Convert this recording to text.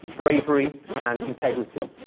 bravery and integrity.